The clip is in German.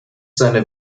seine